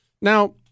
Now